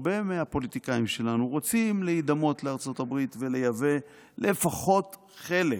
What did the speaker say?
הרבה מהפוליטיקאים שלנו רוצים להידמות לארצות הברית ולייבא לפחות חלק